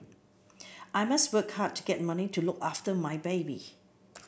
I must work hard to get money to look after my baby